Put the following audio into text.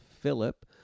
Philip